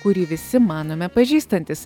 kurį visi manome pažįstantys